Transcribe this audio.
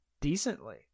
decently